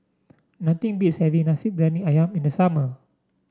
nothing beats having Nasi Briyani ayam in the summer